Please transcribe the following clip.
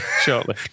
shortly